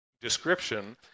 description